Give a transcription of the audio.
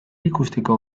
ikusteko